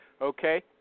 Okay